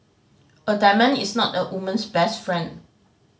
a diamond is not a woman's best friend